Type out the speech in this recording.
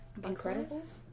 Incredibles